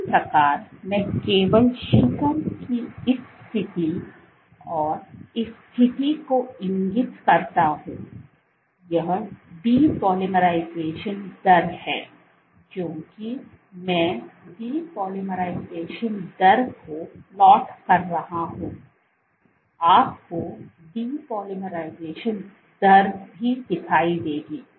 इसी प्रकार मैं केवल शिखर की इस स्थिति और इस स्थिति को इंगित करता हूं यह डीपॉलीमराइजेशन दर है क्योंकि मैं डीपॉलिमराइजेशन दर को प्लॉट कर रहा हूं आपको डीपॉलिमराइजेशन दर भी दिखाई देगी